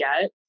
get